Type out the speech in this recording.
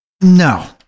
No